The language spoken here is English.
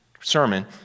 sermon